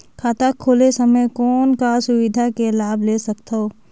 खाता खोले समय कौन का सुविधा के लाभ ले सकथव?